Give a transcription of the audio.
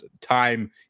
time